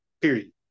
Period